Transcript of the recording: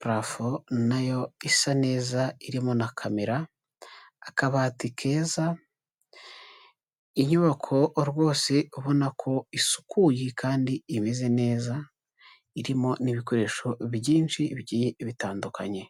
parafo na yo isa neza irimo na kamera, akabati keza, inyubako rwose ubona ko isukuye kandi imeze neza, irimo n'ibikoresho byinshi bigiye bitandukanye.